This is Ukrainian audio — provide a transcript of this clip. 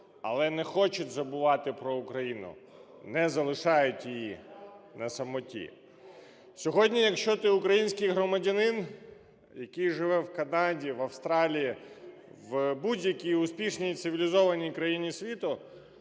але не хочуть забувати про Україну, не залишають її на самоті. Сьогодні, якщо ти український громадянин, який живе в Канаді, в Австралії, в будь-якій успішній і цивілізованій країні світу,